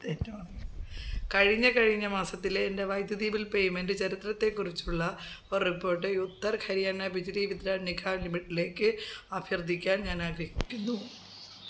കഴിഞ്ഞ കഴിഞ്ഞ മാസത്തിലെ എൻ്റെ വൈദ്യുതി ബിൽ പേയ്മെൻ്റ് ചരിത്രത്തെക്കുറിച്ചുള്ള ഒരു റിപ്പോർട്ട് ഉത്തർ ഹരിയാന ബിജ്ലി വിത്രാൻ നിഗം ലിമിറ്റഡിലേക്ക് അഭ്യർത്ഥിക്കാൻ ഞാൻ ആഗ്രഹിക്കുന്നു